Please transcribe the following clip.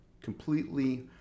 completely